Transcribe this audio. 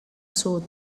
sud